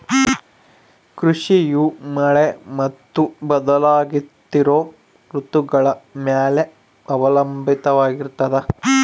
ಕೃಷಿಯು ಮಳೆ ಮತ್ತು ಬದಲಾಗುತ್ತಿರೋ ಋತುಗಳ ಮ್ಯಾಲೆ ಅವಲಂಬಿತವಾಗಿರ್ತದ